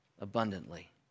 Abundantly